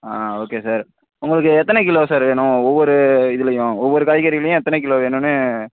ஆ okay sir உங்களுக்கு எத்தனை kilo sir வேணும் ஒவ்வொரு இதுலேயும் ஒவ்வொரு காய்கறிலையும் எத்தனை கிலோ வேணும்னு